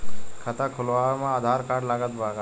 खाता खुलावे म आधार कार्ड लागत बा का?